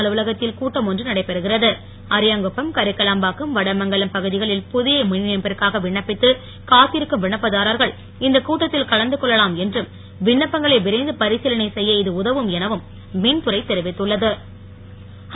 அரியாங்குப்பம் கரிக்கலாம்பாக்கம் வடமங்கலம் பகுதிகளில் புதிய மின்இணைப்பிற்காக விண்ணப்பித்து காத்திருக்கும் விண்ணப்பதாரர்கள் இந்த கூட்டத்தில் கலந்து கொள்ளலாம் என்றும் விண்ணப்பங்களை விரைந்து பரிசிலனை செய்ய இது உதவும் எனவும் மின்துறை தெரிவித்துள்ள து